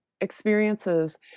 experiences